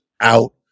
out